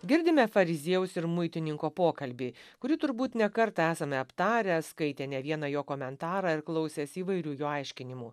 girdime fariziejaus ir muitininko pokalbį kurį turbūt ne kartą esame aptarę skaitę ne vieną jo komentarą ir klausęsi įvairių aiškinimų